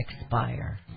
expire